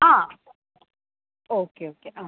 ആ okay okay ആ